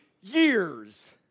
years